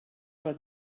for